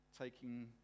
taking